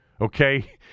okay